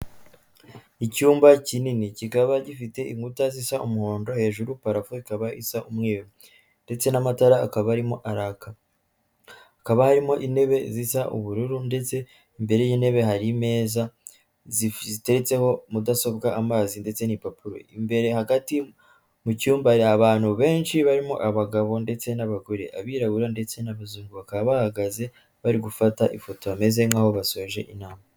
Icyumba kinini kikaba gifite inkuta zisa umuhondo hejuru parafo ikaba isa umweru ndetse n'amatara akaba arimo araka, hakaba harimo intebe zisa ubururu ndetse imbere y'intebe hari imeza ziteretseho mudasobwa, amazi ndetse n'ibipapuro. Imbere hagati mu cyumba hari abantu benshi barimo abagabo ndetse n'abagore, abirabura ndetse n'abazungu bakaba bahagaze bari gufata ifoto bameze nk'aho basoje inama.